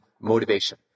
motivation